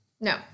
No